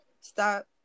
stop